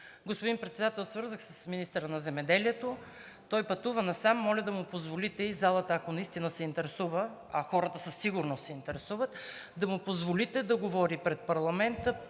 Господин Председател, свързах се с министъра на земеделието. Той пътува насам. Моля да му позволите – и залата, ако наистина се интересува, а хората със сигурност се интересуват, да му позволите да говори пред парламента